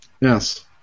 Yes